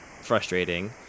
frustrating